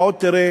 אתה עוד תראה